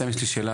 סתם יש לי שאלה,